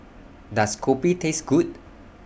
Does Kopi Taste Good